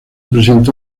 presentó